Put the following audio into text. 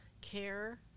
care